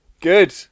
Good